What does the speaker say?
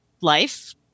life